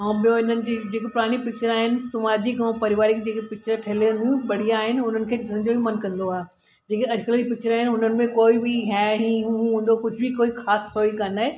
ऐं ॿियो हिननि जी जेका पुराणी पिचरा आहिनि समाजिक ऐं परीवारिक जेके पिचर ठहियलु आइन बढ़िया आइन उनन खे ॾिसण जो बि मनु कंदो आहे जेकी अॼुकल्ह जी पिचरा आहिनि उन्हनि में कोई बि है ही हू हूंदो कुझ बि कोई ख़ासि स्टोरी कोन आहे